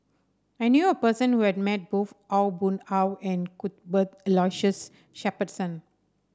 I knew a person who has met both Aw Boon Haw and Cuthbert Aloysius Shepherdson